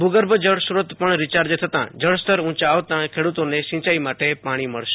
ભુ ગર્ભ જળસ્ત્રોત પણ રિચાર્જ થતા જળસ્તર ઉંચા આવતાં ખેડુતોને સિંચાઈ માટે પણ પાણી મળશે